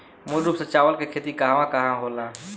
मूल रूप से चावल के खेती कहवा कहा होला?